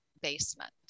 basement